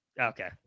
Okay